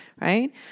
right